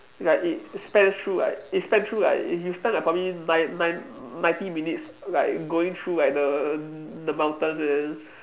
like it spans through like it span through like you you spend like probably nine nine ninety minutes like going through like the the mountains and